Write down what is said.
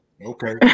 Okay